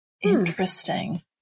Interesting